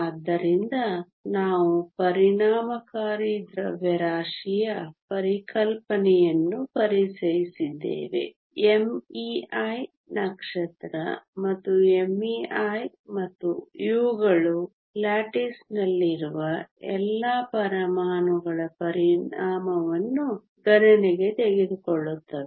ಆದ್ದರಿಂದ ನಾವು ಪರಿಣಾಮಕಾರಿ ದ್ರವ್ಯರಾಶಿಯ ಪರಿಕಲ್ಪನೆಯನ್ನು ಪರಿಚಯಿಸಿದ್ದೇವೆ me¿ ನಕ್ಷತ್ರ ಮತ್ತು mh¿ ಮತ್ತು ಇವುಗಳು ಲ್ಯಾಟಿಸ್ನಲ್ಲಿರುವ ಎಲ್ಲಾ ಪರಮಾಣುಗಳ ಪರಿಣಾಮವನ್ನು ಗಣನೆಗೆ ತೆಗೆದುಕೊಳ್ಳುತ್ತವೆ